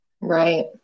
Right